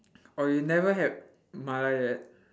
oh you never had mala yet